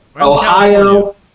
Ohio